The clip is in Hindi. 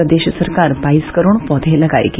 प्रदेश सरकार बाईस करोड़ पौधे लगाएगी